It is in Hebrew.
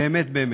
באמת.